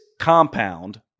compound